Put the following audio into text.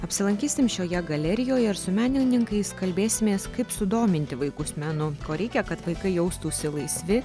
apsilankysim šioje galerijoje ir su menininkais kalbėsimės kaip sudominti vaikus menu ko reikia kad vaikai jaustųsi laisvi